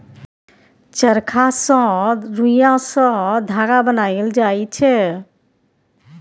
चरखा सँ रुइया सँ धागा बनाएल जाइ छै